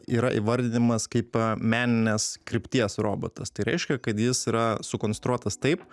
yra įvardinamas kaip meninės krypties robotas tai reiškia kad jis yra sukonstruotas taip